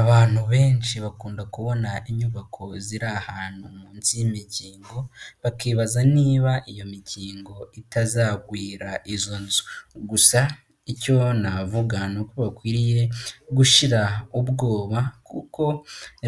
Abantu benshi bakunda kubona inyubako ziri ahantu munsi y'imikingo, bakibaza niba iyo mikingo itazagwira izo nzu. Gusa icyo navuga ni uko bakwiriye gushira ubwoba, kuko